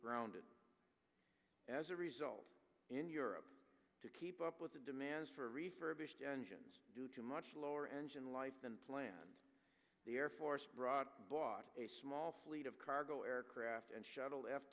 grounded as a result in europe to keep up with the demand for refurbished engines due to much lower engine life than planned the air force brought bought a small fleet of cargo aircraft and shuttle f